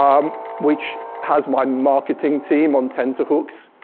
um which has my marketing team on tenterhooks.